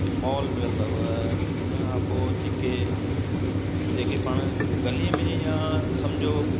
mall मिलंदव उन खां पोइ जेके जेके पाण गलीअ में या सम्झो